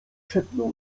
szepnął